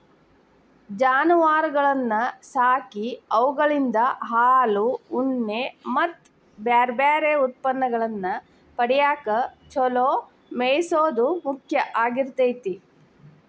ಜಾನುವಾರಗಳನ್ನ ಸಾಕಿ ಅವುಗಳಿಂದ ಹಾಲು, ಉಣ್ಣೆ ಮತ್ತ್ ಬ್ಯಾರ್ಬ್ಯಾರೇ ಉತ್ಪನ್ನಗಳನ್ನ ಪಡ್ಯಾಕ ಚೊಲೋ ಮೇಯಿಸೋದು ಮುಖ್ಯ ಆಗಿರ್ತೇತಿ